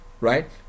right